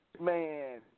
man